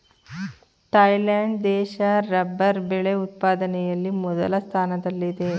Thailand ದೇಶ rubber ಬೆಳೆ ಉತ್ಪಾದನೆಯಲ್ಲಿ ಮೊದಲ ಸ್ಥಾನದಲ್ಲಿದೆ